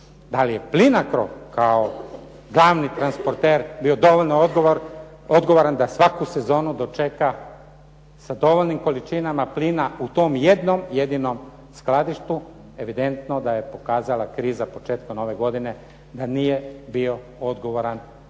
Da li je Plinacro kao glavni transporter bio dovoljno odgovoran da svaku sezonu dočeka sa dovoljnim količinama plina u tom jednom jedinom skladištu, evidentno da je pokazala kriza početkom ove godine da nije bio odgovoran za